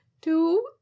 Two